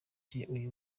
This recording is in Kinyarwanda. kimwe